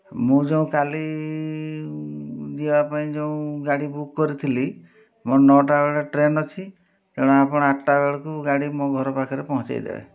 ମୁଁ ଯେଉଁ କାଲି ଯିବା ପାଇଁ ଯେଉଁ ଗାଡ଼ି ବୁକ୍ କରିଥିଲି ମୋ ନଅଟା ବେଳେ ଟ୍ରେନ୍ ଅଛି ତେଣୁ ଆପଣ ଆଠଟା ବେଳକୁ ଗାଡ଼ି ମୋ ଘର ପାଖରେ ପହଞ୍ଚାଇଦେବେ